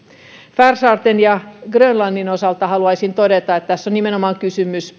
färsaarten ja grönlannin osalta haluaisin todeta että tässä on nimenomaan kysymys